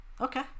Okay